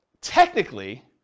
technically